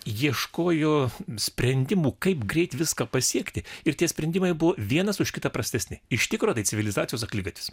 ieškojo sprendimų kaip greit viską pasiekti ir tie sprendimai buvo vienas už kitą prastesni iš tikro tai civilizacijos akligatvis